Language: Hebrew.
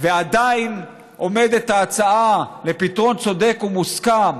ועדיין עומדת ההצעה לפתרון צודק ומוסכם